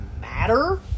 matter